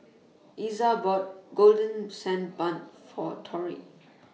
Iza bought Golden Sand Bun For Torrie